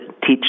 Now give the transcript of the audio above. teach